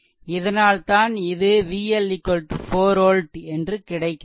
இதனால் தான் இது VL 4 volt என்று கிடைக்கிறது